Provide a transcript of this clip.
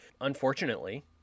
Unfortunately